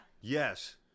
Yes